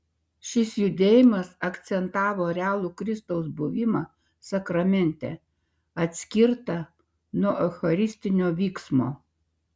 šis judėjimas akcentavo realų kristaus buvimą sakramente atskirtą nuo eucharistinio vyksmo